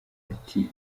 ati